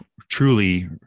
truly